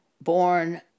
born